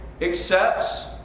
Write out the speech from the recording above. accepts